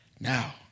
Now